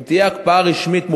אם תהיה הקפאה רשמית,